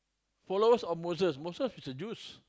follow our Moses Moses is a Jews